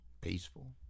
peaceful